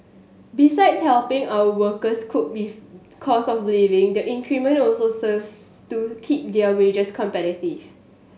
besides helping our workers cope with cost of living the increment also serves to keep their wages competitive